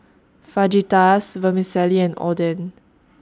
Fajitas Vermicelli and Oden